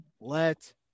Let